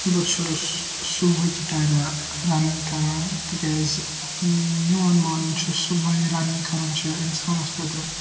بہٕ چھُس صُبحٕکہِ ٹایمہٕ رَننگ کَران تِکیازِ میون مانُن چھُ صُبحٲے رَننگ کَرُن چھُ اِنسانَس خٲطرٕ بہتَر